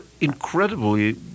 incredibly